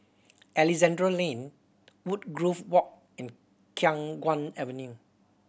Alexandra Lane Woodgrove Walk and Khiang Guan Avenue